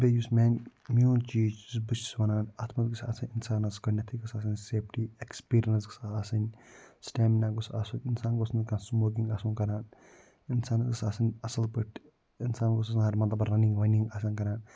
بیٚیہِ یُس میانہِ میون چیٖز چھُ یُس بہٕ چھُس ونان اتھ مَنٛز گَژھِ آسٕن اِنسانَس گۄڈنیٚتھے گَژھِ آسٕن سیفٹی ایٚکسپیٖریَنس گٔژھ اتھ آسٕن سٹیمنا گوٚژھ آسُن اِنسان گوٚژھ نہٕ کانٛہہ سموکِنٛگ آسُن کران اِنسانَس گٔژھ آسن اصل پٲٹھۍ انسان گوٚژھ آسُن ہر مَطلَب رَنِنٛگ وَنِنٛگ گوٚژھ آسُن کَران